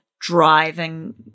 driving